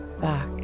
back